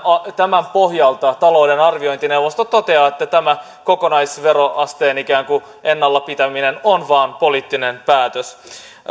tämän pohjalta talouden arviointineuvosto toteaa että tämä kokonaisveroasteen ikään kuin ennallaan pitäminen on vain poliittinen päätös